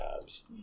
jobs